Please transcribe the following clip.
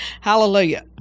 Hallelujah